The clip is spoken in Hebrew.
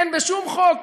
אין בשום חוק